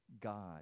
God